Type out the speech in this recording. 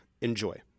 Enjoy